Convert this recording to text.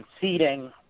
seeding